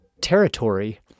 territory